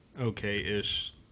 okay-ish